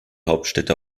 hauptstädte